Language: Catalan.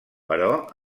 però